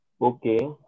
Okay